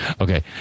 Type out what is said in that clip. Okay